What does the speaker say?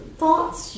thoughts